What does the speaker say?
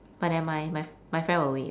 but never mind my my friend will wait